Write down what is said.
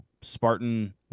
Spartan